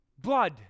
Blood